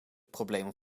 problemen